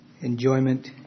enjoyment